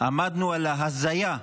עמדנו על ההזיה,